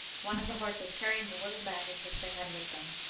one of the horses carrying the little baggage which they had with them.